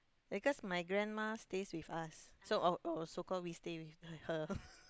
because my grandma stays with us so or or so called we stay with her